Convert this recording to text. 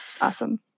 Awesome